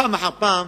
פעם אחר פעם,